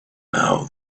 now